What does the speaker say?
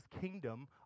kingdom